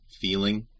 feeling